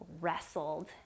wrestled